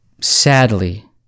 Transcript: sadly